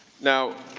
now,